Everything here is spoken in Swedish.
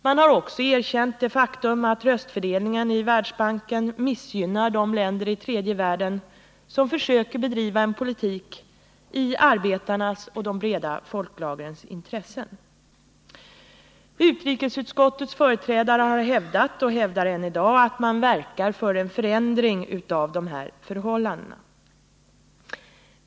Man har också erkänt det faktum att röstfördelningen i Världsbanken missgynnar de länder i tredje världen som försöker bedriva en politik i arbetarnas och de breda folklagrens intressen. Utrikesutskottets företrädare har hävdat och hävdar än i dag att man verkar för en förändring av dessa förhållanden.